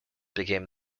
became